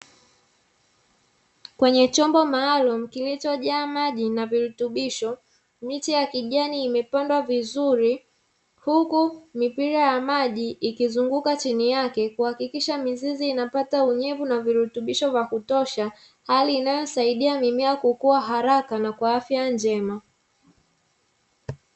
Kwenye chombo maalumu kilichojaa maji na virutubisho, miche ya kijani imeandwa vizuri huku mipira ya maji ikizunguka chini yake kuakikisha mizizi inapata unyevu na virutubisho vya kutosha, hali inayosaidia mimea kukua kwa haraka na kwa afya njema.